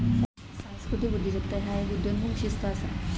सांस्कृतिक उद्योजकता ह्य एक उदयोन्मुख शिस्त असा